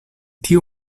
tiu